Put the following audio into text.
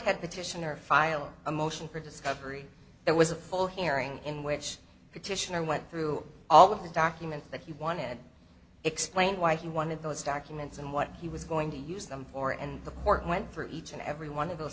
titian or file a motion for discovery there was a full hearing in which petitioner went through all of the documents that he wanted explained why he wanted those documents and what he was going to use them for and the court went through each and every one of those